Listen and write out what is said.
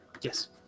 Yes